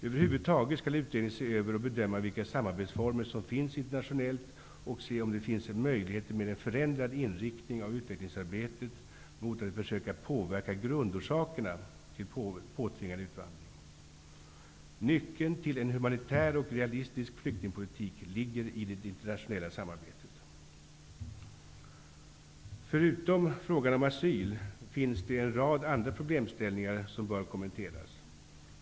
Över huvud taget skall utredningen se över och bedöma vilka samarbetsformer som finns internationellt och se om det finns en möjlighet, med en förändrad inriktning av utvecklingsarbetet, att försöka påverka grundorsakerna till påtvingad utvandring. Nyckeln till en humanitär och realistisk flyktingpolitik ligger i det internationella samarbetet. Förutom frågan om asyl finns det en rad andra problemställningar som bör kommenteras.